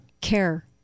care